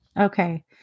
Okay